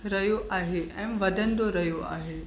रहियो आहे ऐं वधंदो रहियो आहे